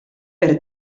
per